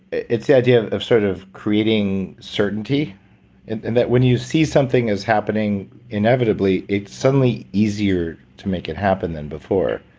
it's the idea of sort of creating certainty and and that when you see something is happening inevitably it's suddenly easier to make it happen than before.